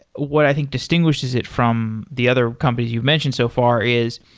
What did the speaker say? what i think distinguishes it from the other companies you've mentioned so far is,